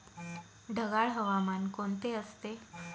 ढगाळ हवामान कोणते असते?